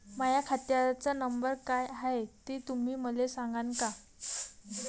माह्या खात्याचा नंबर काय हाय हे तुम्ही मले सागांन का?